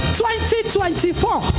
2024